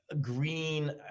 green